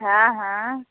हँ हँ